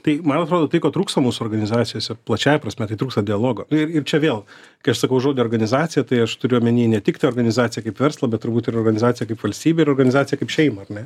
tai man atrodo tai ko trūksta mūsų organizacijose plačiąja prasme kai trūksta dialogo ir čia vėl kai aš sakau žodį organizacija tai aš turiu omeny ne tik tai organizaciją kaip verslą bet turbūt ir organizaciją kaip valstybę ir organizaciją kaip šeimą ar ne